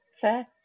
Fair